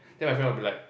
then my friend will be like